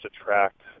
attract